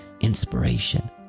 inspiration